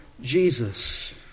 Jesus